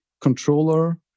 controller